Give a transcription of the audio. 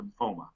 lymphoma